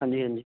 ਹਾਂਜੀ ਹਾਂਜੀ